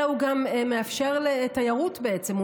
אלא גם לאפשר תיירות בעצם,